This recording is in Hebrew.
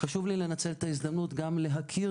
חשוב לי לנצל את ההזדמנות גם להכיר,